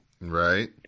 right